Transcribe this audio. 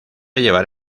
llevar